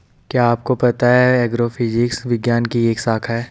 क्या आपको पता है एग्रोफिजिक्स विज्ञान की एक शाखा है?